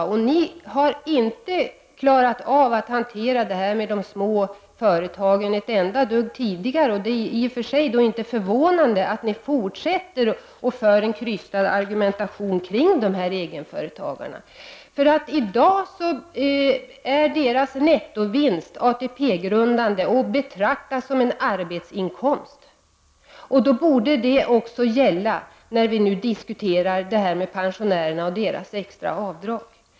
Ni socialdemokrater har inte alls klarat av att hantera frågorna beträffande småföretagen tidigare, och det är då inte förvånande att ni fortsätter att föra en krystad argumentation om egenföretagarna. I dag är deras nettovinst ATP-grundande och betraktas som en arbetsinkomst, och det borde också gälla för pensionärerna och deras extra avdrag.